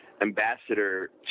ambassador